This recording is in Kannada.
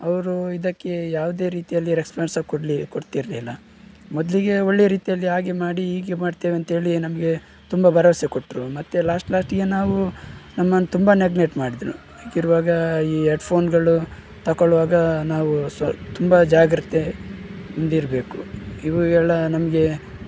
ಅವರು ಇದಕ್ಕೆ ಯಾವುದೆ ರೀತಿಯಲ್ಲಿ ರೆಸ್ಪಾನ್ಸ್ ಸಹ ಕೊಡ್ಲಿ ಕೊಡ್ತಿರಲಿಲ್ಲ ಮೊದಲಿಗೆ ಒಳ್ಳೆ ರೀತಿಯಲ್ಲಿ ಹಾಗೆ ಮಾಡಿ ಹೀಗೆ ಮಾಡ್ತೇವೆಂತೇಳಿ ನಮಗೆ ತುಂಬಾ ಭರವಸೆ ಕೊಟ್ಟರು ಮತ್ತೆ ಲಾಶ್ಟ್ ಲಾಶ್ಟಿಗೆ ನಾವು ನಮ್ಮನ್ನು ತುಂಬ ನೆಗ್ನೆಟ್ ಮಾಡಿದರು ಹಾಗಿರುವಾಗ ಈ ಎಡ್ಫೋನ್ಗಳು ತಕೊಳ್ಳುವಾಗ ನಾವು ಸಹ ತುಂಬ ಜಾಗ್ರತೆ ಇಂದಿರಬೇಕು ಇವು ಎಲ್ಲ ನಮಗೆ